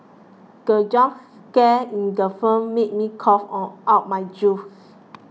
the jump scare in the film made me cough on out my juice